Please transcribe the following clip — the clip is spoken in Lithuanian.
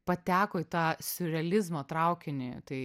pateko į tą siurrealizmo traukinį tai